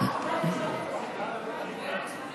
הורים מיועדים